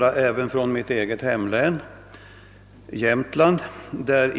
även mitt eget hemlän, Jämtland, uppvisar en dyster siffra.